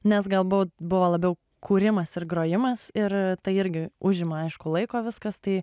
nes galbūt buvo labiau kūrimas ir grojimas ir tai irgi užima aišku laiko viskas tai